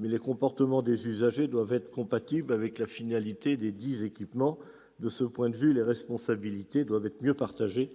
Mais les comportements des usagers doivent être compatibles avec la finalité desdits équipements. De ce point de vue, les responsabilités doivent être mieux partagées,